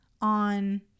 on